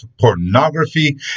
pornography